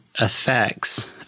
effects